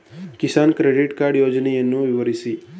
Kisan credit card ಯೋಜನೆಯನ್ನು ವಿವರಿಸಿ?